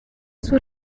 sus